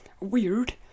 Weird